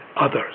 others